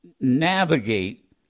navigate